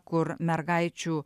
kur mergaičių